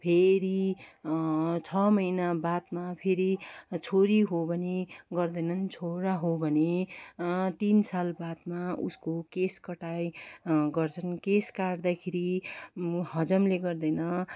फेरि छ महिना बादमा फेरि छोरी हो भने गर्दैनन् छोरा हो भने तिन सालबादमा उसको केश कटाइ गर्छन् केश काट्दाखेरि हजामले गर्दैन